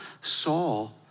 Saul